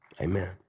Amen